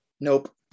nope